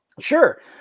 Sure